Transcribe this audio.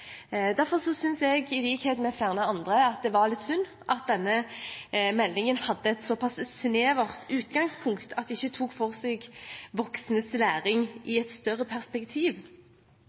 Derfor synes jeg, i likhet med flere andre, at det var litt synd at denne meldingen hadde et såpass snevert utgangspunkt at den ikke tok for seg voksnes læring i et større perspektiv.